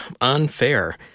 unfair